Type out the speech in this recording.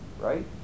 Right